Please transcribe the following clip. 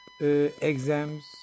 exams